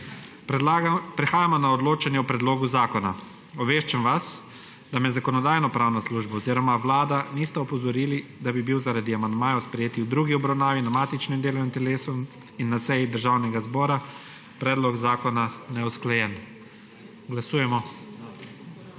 Prehajamo na odločanje o predlogu zakona. Obveščam vas, da me Zakonodajno-pravna služba oziroma vlada nista opozorili, da bi bil zaradi amandmajev, sprejetih v drugi obravnavi na matičnem delovnem telesu in na seji Državnega zbora, predlog zakona neusklajen. Glasujemo.